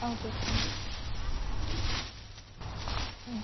okay sir മ്